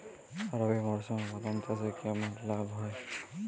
রবি মরশুমে বাদাম চাষে কেমন লাভ হয়?